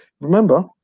remember